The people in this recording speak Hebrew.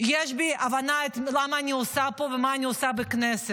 יש בי הבנה מה אני עושה פה ומה אני עושה בכנסת.